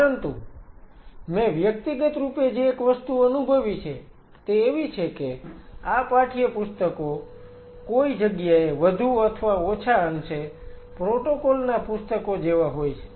પરંતુ મેં વ્યક્તિગત રૂપે જે એક વસ્તુ અનુભવી છે તે એવી છે કે આ પાઠ્યપુસ્તકો કોઈ જગ્યાએ વધુ અથવા ઓછા અંશે પ્રોટોકોલ ના પુસ્તકો જેવા હોય છે